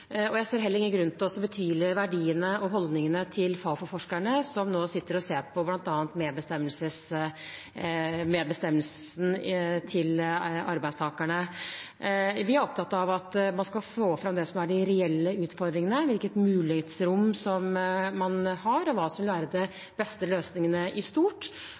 Og jeg ser heller ingen grunn til å betvile verdiene og holdningene til Fafo-forskerne, som nå sitter og ser på bl.a. medbestemmelsen til arbeidstakerne. Vi er opptatt av at man skal få fram det som er de reelle utfordringene, hvilket mulighetsrom man har, og hva som vil være de beste løsningene i stort.